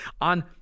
on